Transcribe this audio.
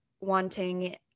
wanting